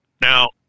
Now